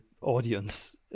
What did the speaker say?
audience